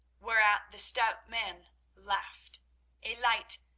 whereat the stout man laughed a light,